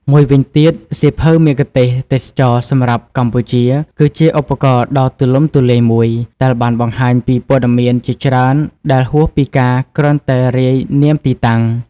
មួយវិញទៀតសៀវភៅមគ្គុទ្ទេសក៍ទេសចរណ៍សម្រាប់កម្ពុជាគឺជាឧបករណ៍ដ៏ទូលំទូលាយមួយ ដែលបានបង្ហាញពីព័ត៌មានជាច្រើនដែលហួសពីការគ្រាន់តែរាយនាមទីតាំង។